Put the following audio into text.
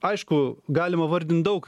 aišku galima vardint daug